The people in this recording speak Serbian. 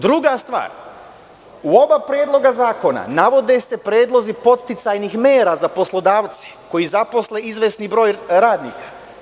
Druga stvar, u oba predloga zakona navode se predlozi podsticajnih mera za poslodavce koji zaposle izvesni broj radnika.